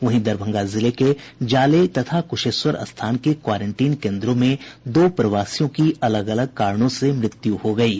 वहीं दरभंगा जिले के जाले तथा कुशेश्वर स्थान के क्वारेंटीन केन्द्रों में दो प्रवासियों की अलग अलग कारणों से मृत्यु हो गयी